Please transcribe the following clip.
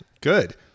Good